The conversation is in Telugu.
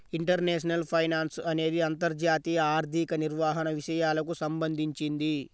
ఇంటర్నేషనల్ ఫైనాన్స్ అనేది అంతర్జాతీయ ఆర్థిక నిర్వహణ విషయాలకు సంబంధించింది